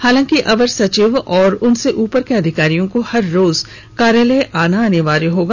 हालांकि अवर सचिव और उनसे उपर के अधिकारियों को हर रोज कार्यालय आना होगा